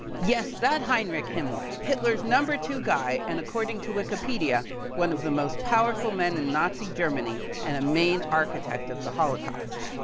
yes, that heinrich himmler, hitler's number two guy and according to wikipedia, one of the most powerful men in nazi germany and a main architect of the holocaust.